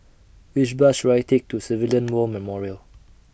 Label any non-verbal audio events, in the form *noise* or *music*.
Which Bus should I Take to *noise* Civilian War Memorial